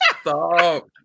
Stop